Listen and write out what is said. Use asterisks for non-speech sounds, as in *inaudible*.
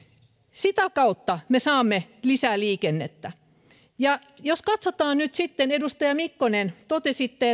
sitä kautta me saamme lisää liikennettä jos katsotaan nyt sitten edustaja mikkonen kun totesitte *unintelligible*